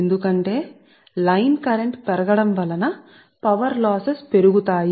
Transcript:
ఎందుకంటే line current పెరుగుతుంది మరియు అందువల్ల పవర్ లాస్ పెరుగుతుంది